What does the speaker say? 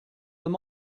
them